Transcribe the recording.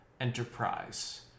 enterprise